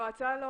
ההצעה לא